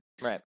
right